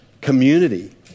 community